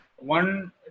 One